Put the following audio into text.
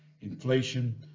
Inflation